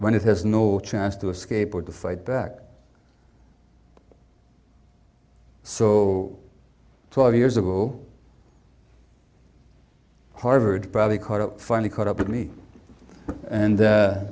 when it has no chance to escape or to fight back so twelve years ago harvard probably caught up finally caught up with me and